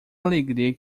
alegria